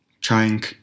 trying